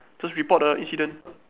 just report the incident